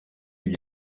ibyo